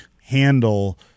handle